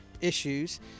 issues